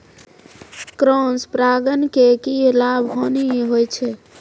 Cross परागण के की लाभ, हानि होय छै?